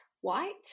white